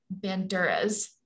Banduras